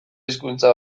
hizkuntza